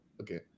Okay